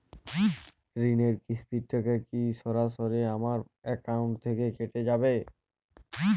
ঋণের কিস্তির টাকা কি সরাসরি আমার অ্যাকাউন্ট থেকে কেটে যাবে?